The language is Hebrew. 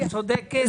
את צודקת.